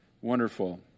wonderful